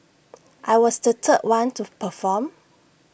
I was the third one to perform